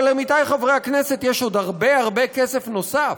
אבל עמיתי חברי הכנסת, יש עוד הרבה הרבה כסף נוסף.